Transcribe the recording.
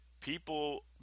People